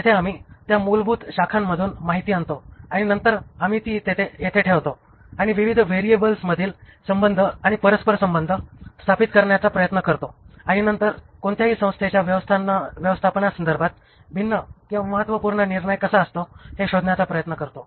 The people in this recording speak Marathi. येथे आम्ही त्या मूलभूत शाखांमधून माहिती आणतो आणि नंतर आम्ही ती येथे ठेवतो आणि विविध व्हेरिएबल्स मधील संबंध आणि परस्पर संबंध स्थापित करण्याचा प्रयत्न करतो आणि नंतर कोणत्याही संस्थेच्या व्यवस्थापनासंदर्भात भिन्न किंवा महत्त्वपूर्ण निर्णय कसा असतो हे शोधण्याचा प्रयत्न करतो